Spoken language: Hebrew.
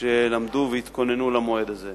שלמדו והתכוננו למועד הזה.